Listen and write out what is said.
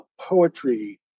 poetry